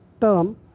term